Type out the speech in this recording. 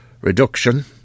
Reduction